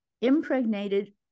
impregnated